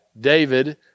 David